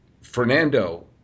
Fernando